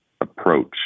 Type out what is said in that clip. approach